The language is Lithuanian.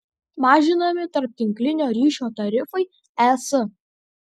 mažinami tarptinklinio ryšio tarifai es